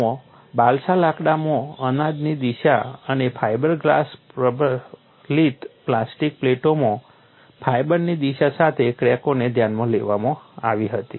આમાં બાલ્સા લાકડામાં અનાજની દિશા અને ફાઇબર ગ્લાસ પ્રબલિત પ્લાસ્ટિક પ્લેટોમાં ફાઇબરની દિશા સાથે ક્રેકોને ધ્યાનમાં લેવામાં આવી હતી